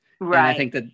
Right